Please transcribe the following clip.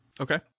Okay